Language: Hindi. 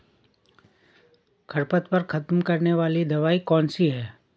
खरपतवार खत्म करने वाली दवाई कौन सी है?